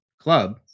club